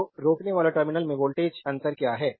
तो रोकनेवाला टर्मिनल में वोल्टेज अंतर क्या है